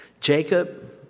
Jacob